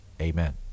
amen